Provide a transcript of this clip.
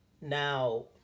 Now